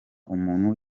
umuntu